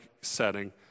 setting